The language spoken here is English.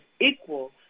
equal